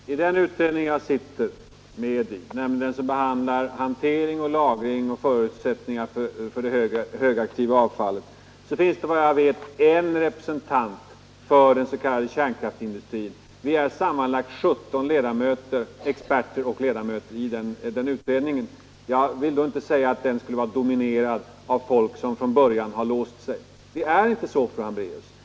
Herr talman! I den utredning jag sitter med i, nämligen den som behandlar förutsättningarna för hantering och lagring av det högaktiva avfallet, finns det, vad jag vet, bara en representant för den s.k. kärnkraftsindustrin. Vi är sammanlagt 17 experter och ledamöter i den utredningen. Jag kan då inte säga att den skulle vara dominerad av folk som från början har låst sig. Det är inte så, fru Hambraeus!